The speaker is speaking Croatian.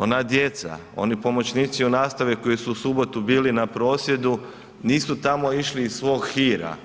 Ona djeca, oni pomoćnici u nastavi koji su u subotu bili na prosvjedu, nisu tamo išli iz svog hira,